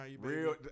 Real